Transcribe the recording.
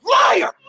liar